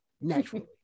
naturally